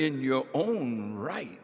in your own right